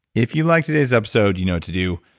if you liked today's episode, you know what to do.